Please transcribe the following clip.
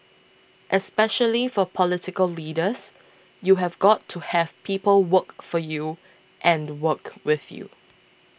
especially for political leaders you have got to have people work for you and work with you